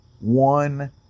one